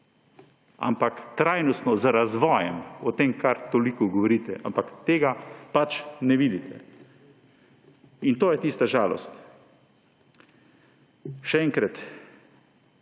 ampak trajnostno, z razvojem; o tem, kar toliko govorite, ampak tega pač ne vidite. In to je tista žalost. Še enkrat,